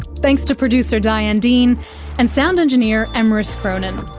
thanks to producer diane dean and sound engineer emrys cronin.